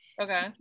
okay